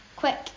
quick